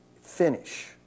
finish